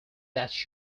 that